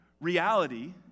reality